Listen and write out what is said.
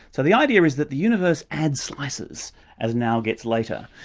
so the idea is that the universe adds slices as now gets later.